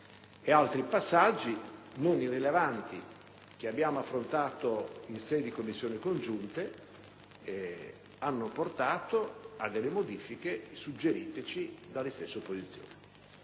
Altri passaggi non irrilevanti che abbiamo affrontato in sede di Commissioni riunite hanno portato a modifiche suggeriteci dalle stesse opposizioni.